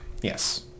Yes